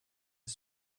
his